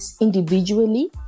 individually